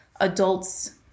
adults